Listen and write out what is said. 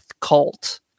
cult